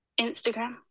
Instagram